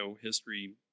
history